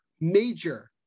major